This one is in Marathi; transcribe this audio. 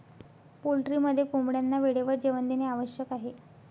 पोल्ट्रीमध्ये कोंबड्यांना वेळेवर जेवण देणे आवश्यक आहे